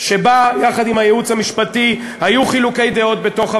שבו יחד עם הייעוץ המשפטי היו חילוקי דעות בתוך הוועדה,